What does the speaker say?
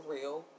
real